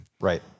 right